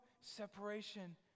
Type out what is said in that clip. separation